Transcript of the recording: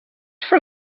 for